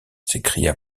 s’écria